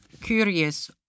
curious